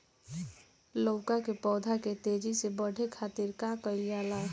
लउका के पौधा के तेजी से बढ़े खातीर का कइल जाला?